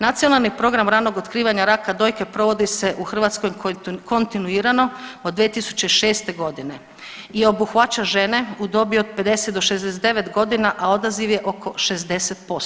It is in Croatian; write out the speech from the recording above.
Nacionalnim program ranog otkrivanja raka dojke provodi se u Hrvatskoj kontinuirano od 2006.g. i obuhvaća žene u dobi od 50-69 godina, a odaziv je oko 60%